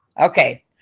Okay